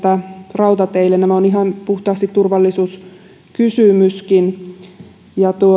rautateille tämä on ihan puhtaasti turvallisuuskysymyskin